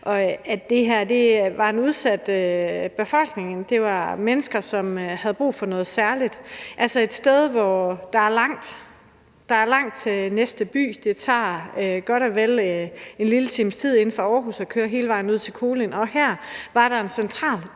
Det her sted var for en udsat befolkning; det var for mennesker, som havde brug for noget særligt – altså et sted, hvor der er langt til næste by. Det tager godt og vel en lille times tid inde fra Aarhus at køre hele vejen ud til Kolind. Her var der en central